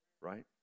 right